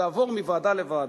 ותעברו מוועדה לוועדה.